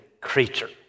creature